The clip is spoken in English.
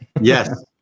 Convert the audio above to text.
Yes